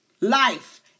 life